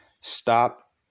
stop